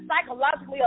psychologically